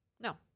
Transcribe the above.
No